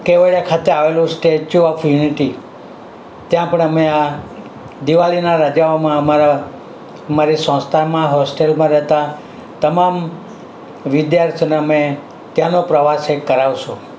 કેવડિયા ખાતે આવેલું statue of unity ત્યાં પણ અમે આ દિવાળીના રજાઓમાં અમારા અમારી સંસ્થામાં હોસ્ટેલમાં રહેતા તમામ વિદ્યાર્થીઓને અમે ત્યાંનો પ્રવાસ એક કરાવીશું